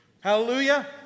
Hallelujah